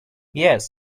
yeah